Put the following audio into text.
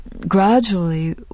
gradually